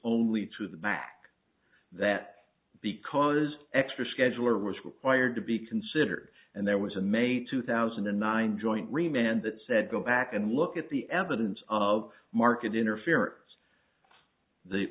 only to the back that because extra scheduler was required to be considered and there was a may two thousand and nine joint remand that said go back and look at the evidence of market interference the